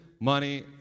money